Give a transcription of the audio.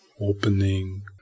opening